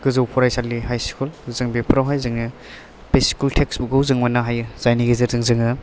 गोजौ फरायसालि high school जों बेफोरावहाय जोङो बे स्कुल टेक्सटबुक खौ जों मोन्नो हायो जायनि गेजेरजों जोङो